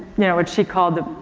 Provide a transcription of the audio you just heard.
you know what she called a,